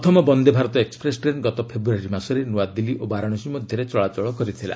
ପ୍ରଥମ Vande Bharat express train ଗତ ଫେବୃୟାରୀ ମାସରେ ନ୍ତଆଦିଲ୍ଲୀ ଓ ବାରାଣସୀ ମଧ୍ୟରେ ଚଳାଚଳ କରିଥିଲା